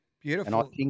Beautiful